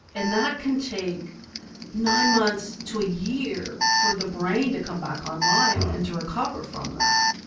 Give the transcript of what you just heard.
and that can take nine months to a year for the brain to come back online and to recover from that.